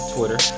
Twitter